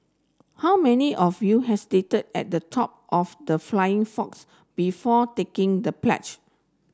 how many of you hesitated at the top of the flying fox before taking the plunge